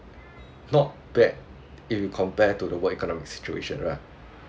not bad if you compare to the world economy situation lah